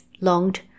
longed